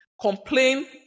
complain